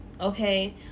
Okay